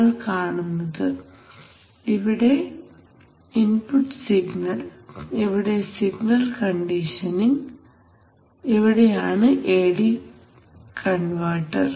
നിങ്ങൾ കാണുന്നത് ഇവിടെ ഇൻപുട്ട് സിഗ്നൽ ഇവിടെ സിഗ്നൽ കണ്ടീഷനിംഗ് ഇവിടെയാണ് എഡി കൺവെർട്ടർ